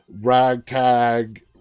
ragtag